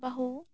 ᱵᱟᱹᱦᱩ